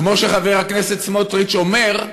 כמו שחבר הכנסת סמוטריץ אומר,